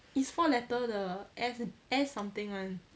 is four letter 的 S S something [one]